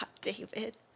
David